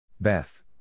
Beth